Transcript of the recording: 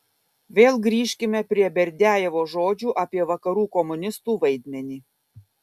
vėl grįžkime prie berdiajevo žodžių apie vakarų komunistų vaidmenį